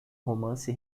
romance